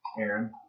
Aaron